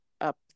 up